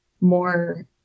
more